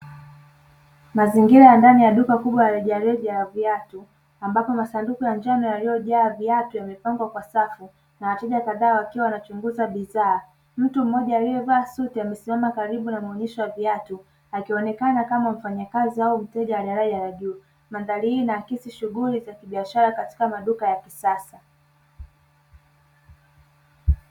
Mazingira ya ndani ya duka kubwa la rejareja la viatu ambapo masanduku ya njano yaliyojaa viatu yamepangwa kwa safu na wateja kadhaa wakiwa wanachunguza bidhaa, mtu mmoja aliyevaa suti amesimama karibu na maonyesho ya viatu akionekana kama mfanyakazi au mteja wa daraja la juu. Mandhari hii inaakisi shughuli za kibiashara katika maduka ya kisasa.